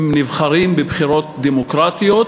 הם נבחרים בבחירות דמוקרטיות,